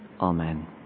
Amen